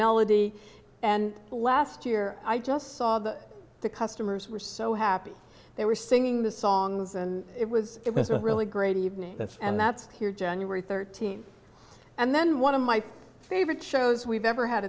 melody and last year i just saw that the customers were so happy they were singing the songs and it was it was a really great evening and that's here january th and then one of my favorite shows we've ever had